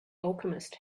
alchemist